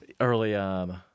Early